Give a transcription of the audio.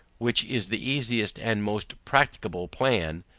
which is the easiest and most practicable plan,